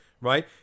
right